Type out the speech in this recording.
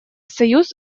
союз